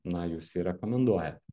na jūs jį rekomenduojat